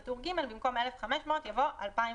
בטור ג' במקום "1,500" יבוא "2,500".